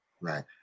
Right